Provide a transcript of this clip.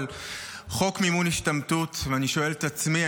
אני מסתכל פה על חוק מימון השתמטות ואני שואל את עצמי,